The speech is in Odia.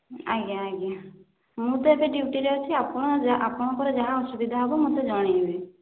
ଆଜ୍ଞା ଆଜ୍ଞା ମୁଁ ତ ଏବେ ଡ୍ୟୁଟିରେ ଅଛି ଆପଣ ଆପଣଙ୍କର ଯାହା ଅସୁବିଧା ହେବ ମୋତେ ଜଣାଇବେ